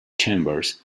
chambers